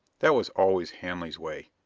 that was always hanley's way.